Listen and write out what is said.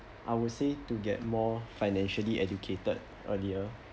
I would say to get more financially educated earlier